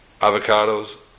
avocados